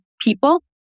people